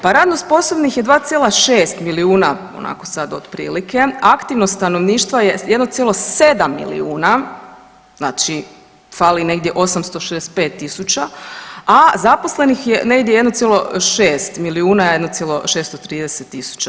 Pa radno sposobnih je 2,6 milijuna, ako sada otprilike, aktivno stanovništvo je 1,7 milijuna, znači negdje 865 tisuća, a zaposlenih je negdje 1,6 milijuna, 1,630 tisuća.